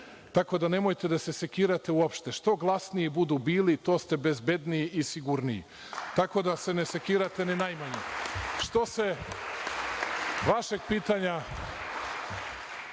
Tako da, nemojte da sekirate uopšte. Što glasniji budu bili, to ste bezbedniji i sigurniji. Tako da se ne sekirate ni najmanje, a meni samo popravljaju